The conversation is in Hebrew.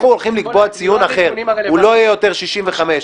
אנחנו הולכים לקבוע ציון אחר הוא לא יהיה יותר 65,